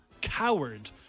coward